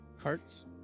Carts